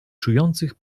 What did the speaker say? czujących